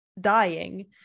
dying